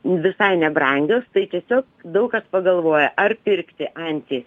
visai nebrangios tai tiesiog daug kas pagalvoja ar pirkti antį